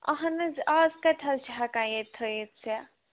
اَہَن حظ آز کَتہِ حظ چھِ ہٮ۪کان ییٚتہِ تھٲیِتھ سِیٚکھ